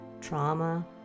trauma